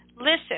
listen